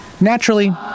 Naturally